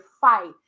fight